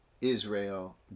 Israel